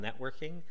networking